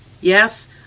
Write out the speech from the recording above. Yes